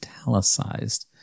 italicized